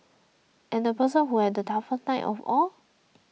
and the person who had the toughest night of all